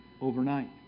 overnight